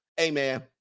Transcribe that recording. Amen